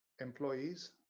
employees